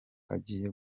agiye